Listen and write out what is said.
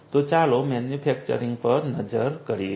તો ચાલો મેન્યુફેક્ચરીંગ પર નજર કરીએ